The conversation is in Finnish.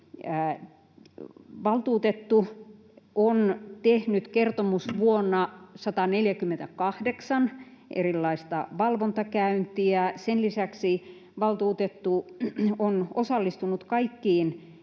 Valtuutettu on tehnyt kertomusvuonna 148 erilaista valvontakäyntiä, ja sen lisäksi valtuutettu on osallistunut kaikkiin